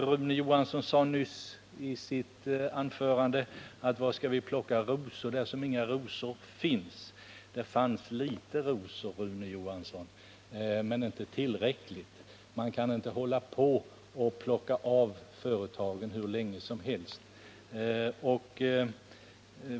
Rune Johansson i Ljungby sade i sitt anförande att man inte kan plocka rosor där inga rosor finns. Det har dock funnits rosor, Rune Johansson, men inte tillräckligt många. Man kan inte hålla på och ”plocka” från företagen hur länge som helst.